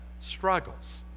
struggles